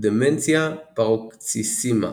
"דמנציה פראקוציסימה"